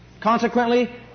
Consequently